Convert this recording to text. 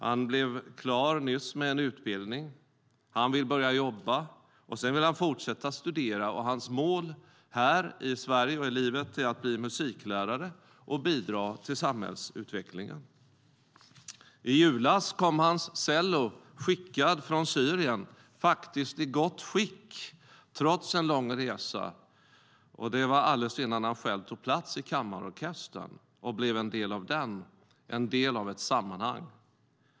Han blev nyss klar med en utbildning. Han vill börja jobba. Sedan vill han fortsätta studera. Hans mål här i Sverige och i livet är att bli musiklärare och bidra till samhällsutvecklingen.I julas kom hans cello, skickad från Syrien, faktiskt i gott skick trots en lång resa. Det var alldeles innan han själv tog plats i kammarorkestern och blev en del av den, en del av ett sammanhang.